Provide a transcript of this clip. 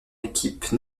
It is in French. équipe